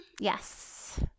Yes